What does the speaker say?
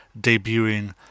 debuting